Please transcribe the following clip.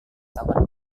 tahun